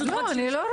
ילנה.